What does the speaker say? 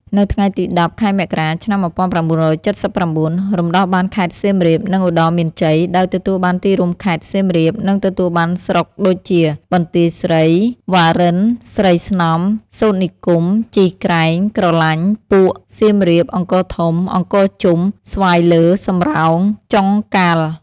នៅថ្ងៃទី ១០ ខែមករា ឆ្នាំ ១៩៧៩ រំដោះបានខេត្តសៀមរាប និងឧត្តរមានជ័យ ដោយទទួលបានទីរួមខេត្ត សៀមរាប និងទទួលបានស្រុកដូចជា បន្ទាយស្រី វ៉ារិន ស្រីស្នំ សូត្រនិគម ជីក្រែង ក្រឡាញ់ ពួក សៀមរាប អង្គរធំ អង្គរជុំ ស្វាយលើ សំរោង ចុងកាល់។